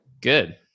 Good